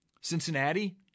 Cincinnati